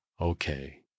Okay